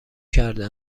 کرده